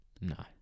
No